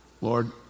Lord